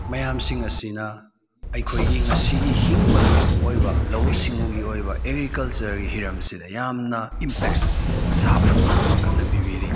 ꯃꯌꯥꯝꯁꯤꯡ ꯑꯁꯤꯅ ꯑꯩꯈꯣꯏꯒꯤ ꯉꯁꯤꯒꯤ ꯍꯤꯡꯕꯒꯤ ꯑꯣꯏꯕ ꯂꯧꯎ ꯁꯤꯡꯎꯒꯤ ꯑꯣꯏꯕ ꯑꯦꯒ꯭ꯔꯤꯀꯜꯆꯔꯒꯤ ꯍꯤꯔꯝꯁꯤꯗ ꯌꯥꯝꯅ ꯏꯝꯄꯦꯛ ꯁꯥꯐꯨ ꯑꯃ ꯀꯟꯅ ꯄꯤꯕꯤꯔꯤ